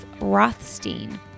Rothstein